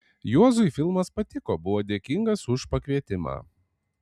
juozui filmas patiko buvo dėkingas už pakvietimą